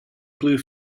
blue